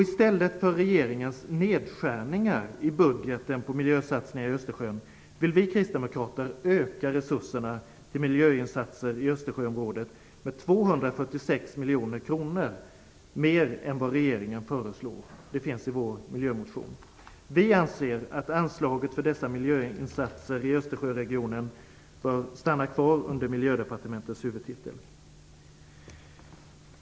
I stället för regeringens nedskärningar i budgeten på miljösatsningar i Östersjön vill vi kristdemokrater öka resurserna till miljöinsatser i Östersjöområdet med 246 miljoner kronor mer än vad regeringen föreslår. Det står i vår miljömotion. Vi anser att anslaget för dessa miljöinsatser i Östersjöregionen bör stanna kvar under Miljödepartementets huvudtitel.